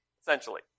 essentially